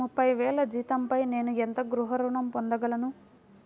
ముప్పై వేల జీతంపై నేను ఎంత గృహ ఋణం పొందగలను?